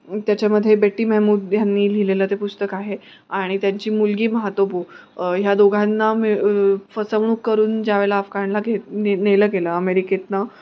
त्याच्यामध्ये Betty Mahmoody यांनी लिहिलेलं ते पुस्तक आहे आणि त्यांची मुलगी महातोबो ह्या दोघांना मिळून फसवणूक करून ज्यावेळेला अफगाणला घेत ने नेलं गेलं अमेरिकेतून